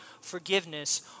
forgiveness